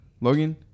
Logan